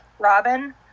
Robin